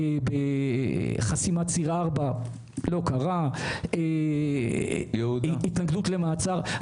חסימת ציר 4 לא קרה, התנגדות למעצר.